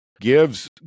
gives